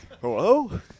hello